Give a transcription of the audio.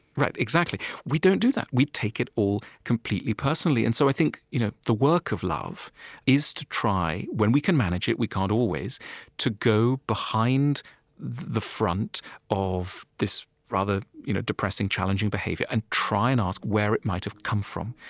exactly. we don't do that. we take it all completely personally. and so i think you know the work of love is to try, when we can manage it we can't always to go behind the front of this rather you know depressing challenging behavior and try and ask where it might've come from.